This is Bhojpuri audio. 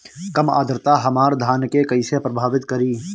कम आद्रता हमार धान के कइसे प्रभावित करी?